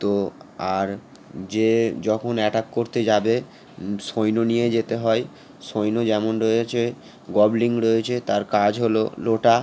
তো আর যে যখন অ্যাটাক করতে যাবে সৈন্য নিয়ে যেতে হয় সৈন্য যেমন রয়েছে গবলিং রয়েছে তার কাজ হলো লোটা